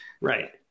Right